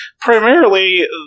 primarily